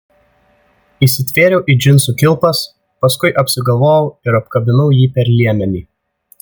įsitvėriau į džinsų kilpas paskui apsigalvojau ir apkabinau jį per liemenį